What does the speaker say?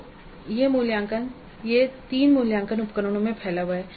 तो यह 3 मूल्यांकन उपकरणों में फैला हुआ है